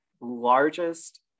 largest